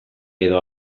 edo